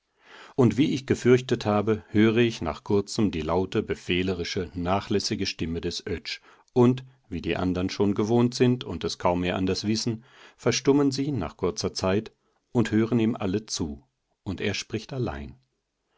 und wie ich gefürchtet habe höre ich nach kurzem die laute befehlerische nachlässige stimme des oetsch und wie die anderen schon gewohnt sind und es kaum mehr anders wissen verstummen sie nach kurzer zeit und hören ihm alle zu und er spricht allein